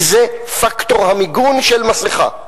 כי זה פקטור המיגון של מסכה.